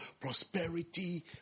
Prosperity